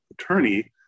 attorney